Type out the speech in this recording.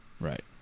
Right